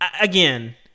again